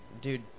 dude